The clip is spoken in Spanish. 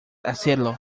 hacerlo